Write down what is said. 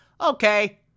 okay